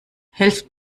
helft